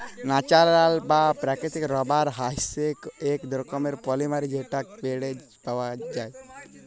natural বা প্রাকৃতিক rubber হইসেক এক রকমের পলিমার যেটা পেড় পাওয়াক যায়